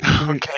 okay